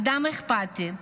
אדם אכפתי,